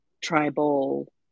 tribal